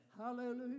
Hallelujah